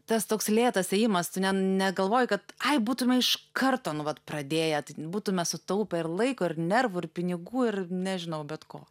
tas toks lėtas ėjimas tu ne ne galvoji kad būtum iš karto nu vat pradėję būtume sutaupę ir laiko ir nervų ir pinigų ir nežinau bet ko